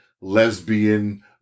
lesbian